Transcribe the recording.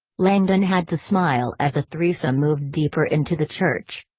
langdon had to smile as the threesome moved deeper into the church.